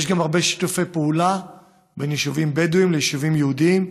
יש גם הרבה שיתופי פעולה בין יישובים בדואיים ליישובים יהודיים.